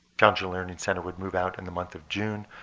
challenger learning center would move out in the month of june